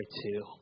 two